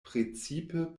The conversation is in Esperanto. precipe